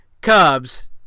Cubs